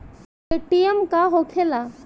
Paytm का होखेला?